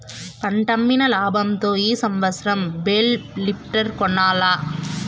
పంటమ్మిన లాబంతో ఈ సంవత్సరం బేల్ లిఫ్టర్ కొనాల్ల